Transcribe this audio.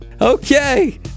Okay